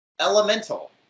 Elemental